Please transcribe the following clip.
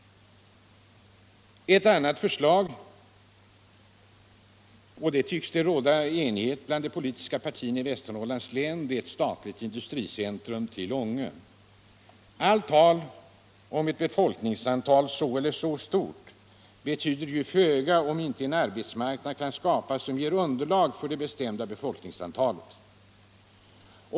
Ett annat förslag som det tycks råda enighet om bland de politiska partierna i Västernorrlands län är att förlägga ett statligt industricentrum till Ånge. Allt tal om ett befolkningsantal så eller så stort betyder föga om inte en arbetsmarknad kan skapas som ger underlag för det bestämda befolkningsantalet.